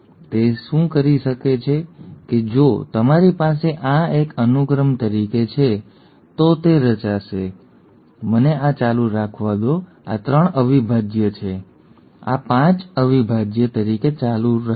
તેથી તે શું કરે છે કે જો તમારી પાસે આ એક અનુક્રમ તરીકે છે તો તે રચાશે મને આ ચાલુ રાખવા દો આ 3 અવિભાજ્ય છે આ 5 અવિભાજ્ય તરીકે ચાલુ રહે છે